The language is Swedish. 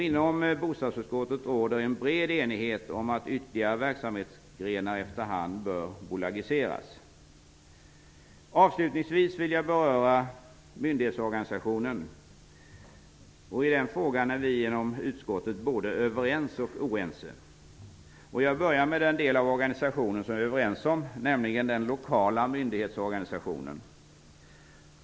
Inom bostadsutskottet råder en bred enighet om att ytterligare verksamhetsgrenar efterhand bör bolagiseras. Avslutningsvis vill jag beröra myndighetsorganisationen. I den frågan är vi inom utskottet både överens och oense. Jag börjar med den del av organisationen som vi är överens om, nämligen den lokala myndighetsorganisationen.